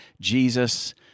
Jesus